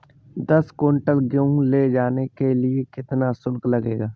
दस कुंटल गेहूँ ले जाने के लिए कितना शुल्क लगेगा?